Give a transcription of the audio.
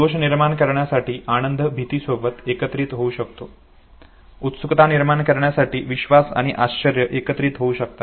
दोष निर्माण करण्यासाठी आनंद भितीसोबत एकत्रित होऊ शकतो उत्सुकता निर्माण करण्यासाठी विश्वास आणि आश्चर्य एकत्रित होऊ शकतात